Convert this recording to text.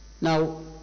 Now